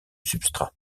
substrat